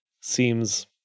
seems